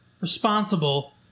responsible